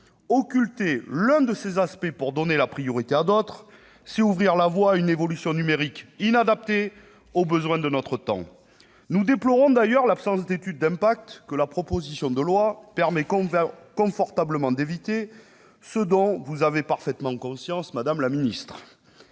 Occulter l'un de ces aspects pour donner la priorité à d'autres, c'est ouvrir la voie à une évolution numérique inadaptée aux besoins de notre temps. Nous déplorons d'ailleurs l'absence d'étude d'impact que la proposition de loi permet confortablement d'éviter, ce dont vous avez parfaitement conscience, madame la secrétaire